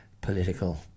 political